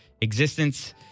existence